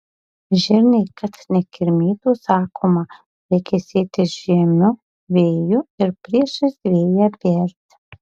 žirniai kad nekirmytų sakoma reikia sėti žiemiu vėju ir priešais vėją berti